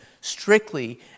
strictly